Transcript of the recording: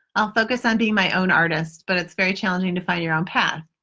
i'll focus on being my own artist but it's very challenging to find your own path.